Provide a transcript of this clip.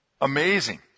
amazing